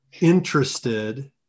interested